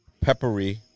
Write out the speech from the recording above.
peppery